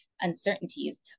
uncertainties